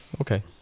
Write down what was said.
okay